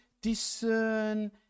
discern